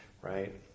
right